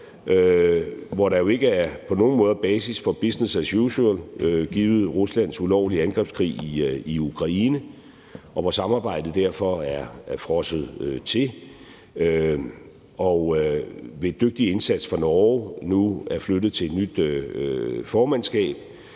nogen måder er basis for business as usual givet Ruslands ulovlige angrebskrig i Ukraine, og hvor samarbejdet derfor er frosset til, og hvor det ved en dygtig indsats fra Norge nu er flyttet til et nyt formandskab,